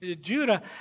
Judah